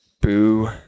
Boo